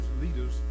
leaders